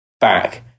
back